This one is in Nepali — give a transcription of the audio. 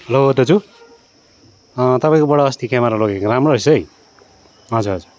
हेलो दाजु तपाईँकोबाट अस्ति क्यामेरा लगेको राम्रो रहेछ है हजुर हजुर